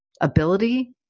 ability